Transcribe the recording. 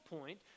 point